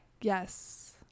yes